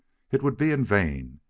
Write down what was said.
it would be in vain.